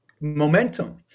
momentum